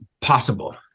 possible